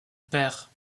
père